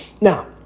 Now